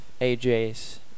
AJ's